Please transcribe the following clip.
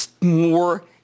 more